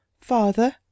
Father